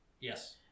yes